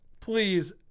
please